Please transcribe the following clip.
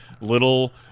little